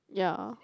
ya